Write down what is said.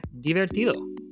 divertido